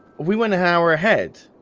we went an hour ahead